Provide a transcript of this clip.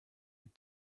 with